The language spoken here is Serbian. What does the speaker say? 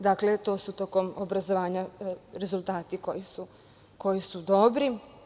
Dakle, to su tokom obrazovanja rezultati koji su dobri.